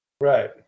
Right